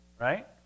right